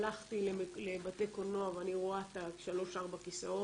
הלכתי לבתי קולנוע ואני רואה את שלוש-ארבע הכיסאות,